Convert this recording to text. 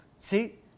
See